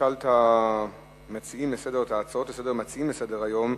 אשאל את המציעים לסדר-היום.